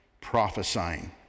prophesying